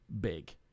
Big